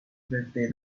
fifty